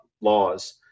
laws